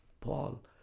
Paul